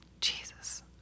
Jesus